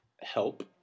help